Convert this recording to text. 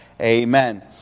Amen